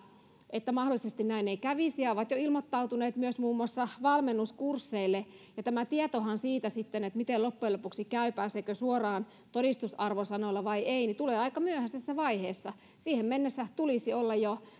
että mahdollisesti näin ei kävisi ja on jo ilmoittautunut muun muassa valmennuskursseille tämä tietohan siitä miten loppujen lopuksi käy pääseekö suoraan todistusarvosanoilla vai ei tulee aika myöhäisessä vaiheessa siihen mennessä tulisi olla